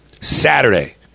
Saturday